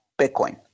Bitcoin